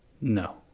No